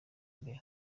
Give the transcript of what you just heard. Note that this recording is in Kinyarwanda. mbere